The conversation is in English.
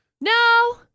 No